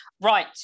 Right